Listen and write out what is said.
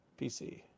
PC